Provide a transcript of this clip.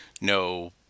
no